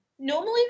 Normally